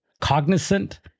cognizant